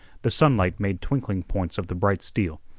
the sunlight made twinkling points of the bright steel.